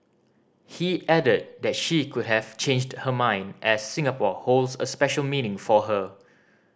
he added that she could have changed her mind as Singapore holds a special meaning for her